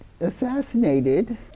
assassinated